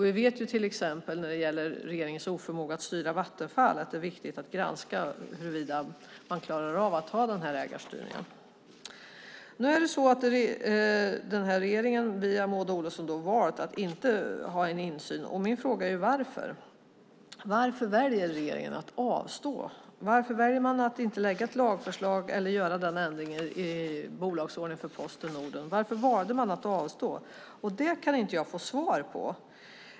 Vi vet till exempel, med tanke på regeringens oförmåga att styra Vattenfall, att det är viktigt att granska huruvida man klarar av att ha den här ägarstyrningen. Nu har den här regeringen, via Maud Olofsson, valt att inte ha en insyn. Min fråga är: Varför? Varför väljer regeringen att avstå? Varför väljer man att inte lägga fram ett lagförslag eller göra ändringen i bolagsordningen för Posten Norden? Varför valde man att avstå? Det kan jag inte få svar på.